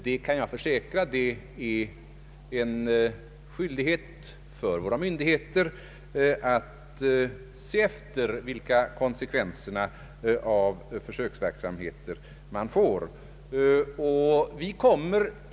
Det är en skyldighet för våra myndigheter att se efter vilka konsekvenserna av försöksverksamheten blir.